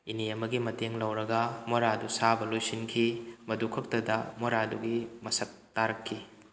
ꯏꯅꯦ ꯑꯃꯒꯤ ꯃꯇꯦꯡ ꯂꯧꯔꯒ ꯃꯣꯔꯥꯗꯨ ꯁꯥꯕ ꯂꯣꯏꯁꯤꯟꯈꯤ ꯃꯗꯨ ꯈꯛꯇꯗ ꯃꯣꯔꯥꯗꯨꯒꯤ ꯃꯁꯛ ꯇꯥꯔꯛꯈꯤ